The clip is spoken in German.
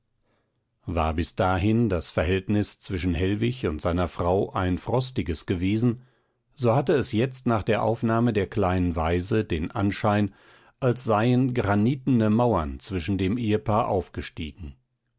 war bis dahin das verhältnis zwischen hellwig und seiner frau ein frostiges gewesen so hatte es jetzt nach der aufnahme der kleinen waise den anschein als seien granitene mauern zwischen dem ehepaar aufgestiegen